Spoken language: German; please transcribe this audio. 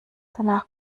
danach